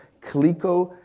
calico,